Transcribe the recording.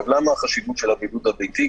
למה החשיבות של הבידוד הביתי?